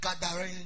gathering